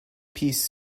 piece